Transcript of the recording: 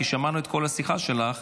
כי שמענו את כל השיחה שלך.